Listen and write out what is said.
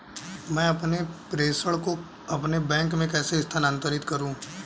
मैं अपने प्रेषण को अपने बैंक में कैसे स्थानांतरित करूँ?